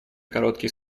короткий